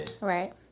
right